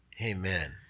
Amen